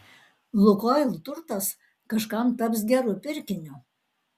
lukoil turtas kažkam taps geru pirkiniu